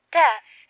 death